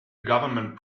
government